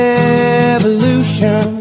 Revolution